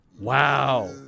Wow